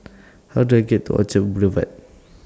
How Do I get to Orchard Boulevard